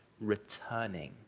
returning